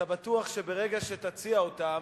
אתה בטוח שברגע שתציע אותם,